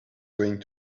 going